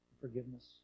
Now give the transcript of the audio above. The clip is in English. forgiveness